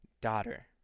daughter